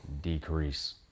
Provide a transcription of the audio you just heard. decrease